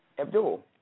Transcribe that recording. Abdul